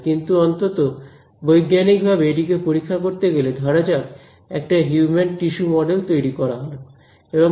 কিন্তু অন্তত বৈজ্ঞানিকভাবে এটিকে পরীক্ষা করতে হলে ধরা যাক একটি হিউম্যান টিস্যু মডেল তৈরি করা হলো